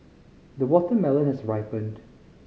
the watermelon has ripened